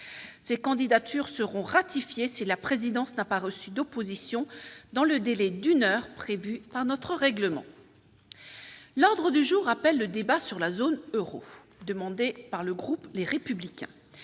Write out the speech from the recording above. ces candidatures seront ratifiées c'est la présidence n'a pas reçu d'opposition dans le délai d'une heure prévue par notre règlement, l'ordre du jour appelle le débat sur la zone Euro, demandé par le groupe, les républicains,